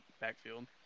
backfield